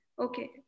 okay